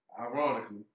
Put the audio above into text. ironically